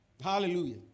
Hallelujah